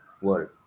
world